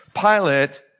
Pilate